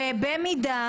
ובמידה